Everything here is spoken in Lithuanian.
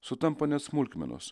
sutampa net smulkmenos